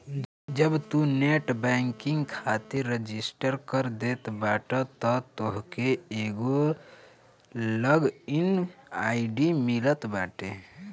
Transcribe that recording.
जब तू net banking खातिर रजिस्टर कर देत बाटअ तअ तोहके एगो लॉग इन आई.डी मिलत बाटे